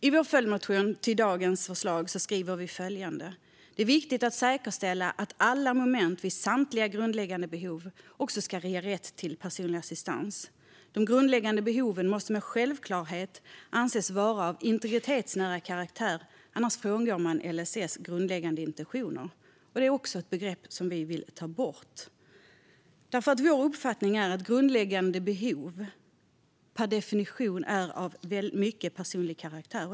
I vår följdmotion till dagens förslag skriver vi följande: Det är viktigt att säkerställa att alla moment vid samtliga grundläggande behov också ska ge rätt till personlig assistans. De grundläggande behoven måste med självklarhet anses vara av integritetsnära karaktär; annars frångår man LSS grundläggande intentioner. Det är också ett begrepp som vi vill ta bort eftersom vår uppfattning är att grundläggande behov per definition är av mycket personlig karaktär.